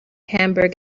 hamburg